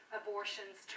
abortions